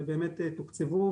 ותוקצבו,